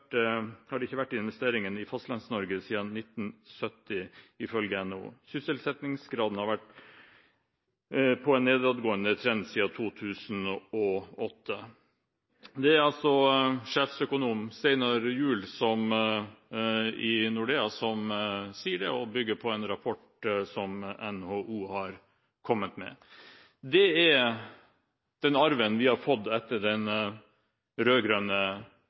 på en nedadgående trend siden 2008. Det er sjeføkonom Steinar Juel i Nordea som sier det, og det er bygget på en rapport som NHO har kommet med. Det er den arven vi har fått etter den